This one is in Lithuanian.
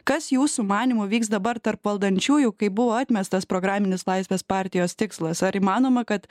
kas jūsų manymu vyks dabar tarp valdančiųjų kai buvo atmestas programinis laisvės partijos tikslas ar įmanoma kad